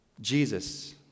Jesus